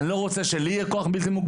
ואני לא רוצה את הכוח הזה.